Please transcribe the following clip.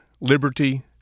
liberty